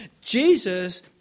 Jesus